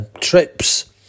trips